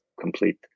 complete